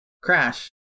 Crash